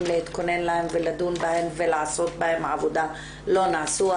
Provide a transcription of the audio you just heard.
להתכונן להם ולדון בהם ולעשות בהם עבודה לא נעשו,